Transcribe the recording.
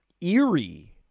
eerie